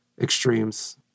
extremes